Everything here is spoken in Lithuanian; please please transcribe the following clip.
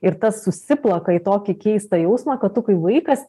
ir tas susiplaka į tokį keistą jausmą kad tu kai vaikas